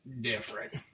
different